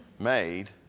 made